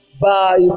Bye